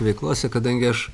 veiklose kadangi aš